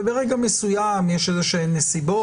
וברגע מסוים יש איזשהן נסיבות,